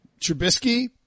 Trubisky